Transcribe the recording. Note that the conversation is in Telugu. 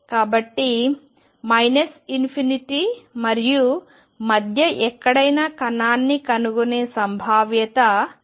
కాబట్టి ∞ మరియు మధ్య ఎక్కడైనా కణాన్ని కనుగొనే సంభావ్యత 1